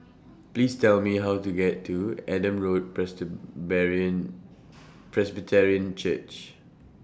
Please Tell Me How to get to Adam Road Presbyterian Church